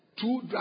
two